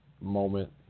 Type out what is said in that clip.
moment